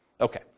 Okay